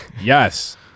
yes